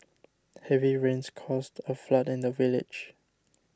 heavy rains caused a flood in the village